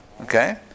Okay